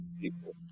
people